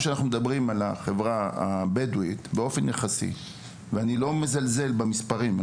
אני לא מזלזל במספרים.